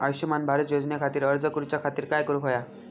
आयुष्यमान भारत योजने खातिर अर्ज करूच्या खातिर काय करुक होया?